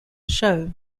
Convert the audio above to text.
show